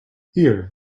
here